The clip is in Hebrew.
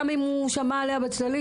גם אם הוא שמע עליה בצללים,